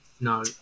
no